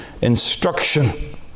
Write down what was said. instruction